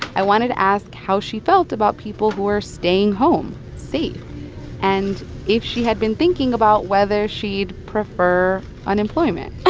i wanted to ask how she felt about people who were staying home safe and if she had been thinking about whether she'd prefer unemployment